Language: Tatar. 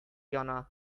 яна